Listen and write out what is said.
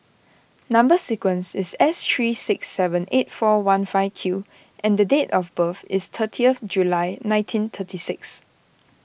Number Sequence is S three six seven eight four one five Q and date of birth is thirtieth July nineteen thirty six